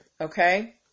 Okay